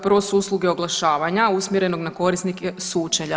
Prvo su usluge oglašavanja usmjerenog na korisnike sučelja.